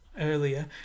earlier